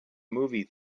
movie